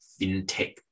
fintech